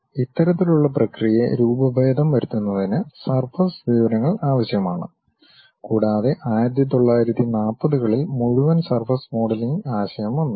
അതിനാൽ ഇത്തരത്തിലുള്ള പ്രക്രിയയെ രൂപഭേദം വരുത്തുന്നതിന് സർഫസ് വിവരങ്ങൾ ആവശ്യമാണ് കൂടാതെ 1940 കളിൽ മുഴുവൻ സർഫസ് മോഡലിംഗ് ആശയം വന്നു